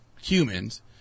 humans